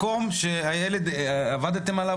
מקום שעבדתם על הילד,